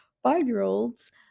five-year-olds